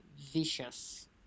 Vicious